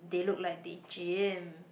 they look like they gym